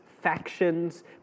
factions